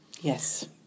Yes